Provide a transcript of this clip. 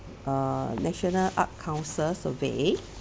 uh national art council survey